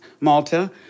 Malta